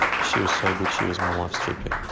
she was so good she was my wife's gp.